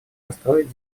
построить